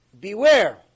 Beware